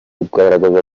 guhagarara